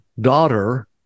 daughter